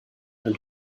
and